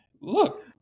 look